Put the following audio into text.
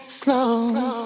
Slow